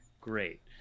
Great